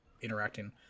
interacting